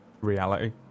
reality